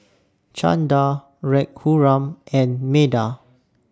Chanda Raghuram and Medha